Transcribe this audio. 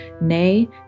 nay